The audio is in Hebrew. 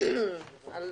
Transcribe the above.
(הישיבה נפסקה בשעה